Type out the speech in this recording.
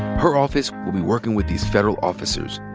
her office will be working with these federal officers.